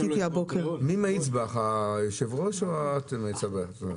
מי מאיץ בך, היושב-ראש או את מאיצה בעצמך?